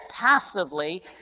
passively